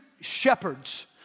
shepherds